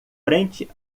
frente